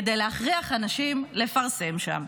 כדי להכריח אנשים לפרסם שם.